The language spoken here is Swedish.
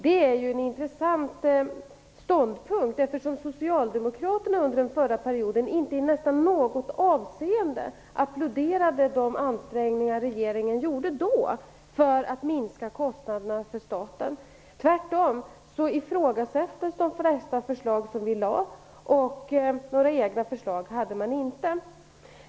Det är ju ett intressant påstående, eftersom socialdemokraterna under den förra perioden nästan inte i något avseende applåderade de ansträngningar som den borgerliga regeringen då gjorde för att minska kostnaderna för staten. Tvärtom ifrågasatte man de flesta förslag som vi lade fram. Några egna förslag hade man inte.